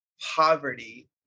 poverty